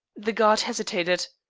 the guard hesitated.